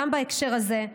גם בהקשר הזה,